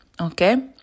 Okay